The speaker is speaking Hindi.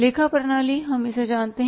लेखा प्रणाली हम इसे जानते हैं